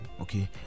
okay